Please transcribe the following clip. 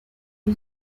que